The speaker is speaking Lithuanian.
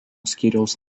skyriaus